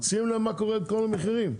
שים לב למה קורה לכל המחירים.